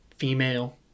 Female